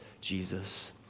Jesus